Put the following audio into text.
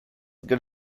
good